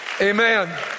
Amen